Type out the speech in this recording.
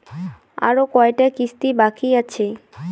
আরো কয়টা কিস্তি বাকি আছে?